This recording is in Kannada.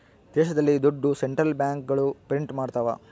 ದೇಶದಲ್ಲಿ ದುಡ್ಡು ಸೆಂಟ್ರಲ್ ಬ್ಯಾಂಕ್ಗಳು ಪ್ರಿಂಟ್ ಮಾಡ್ತವ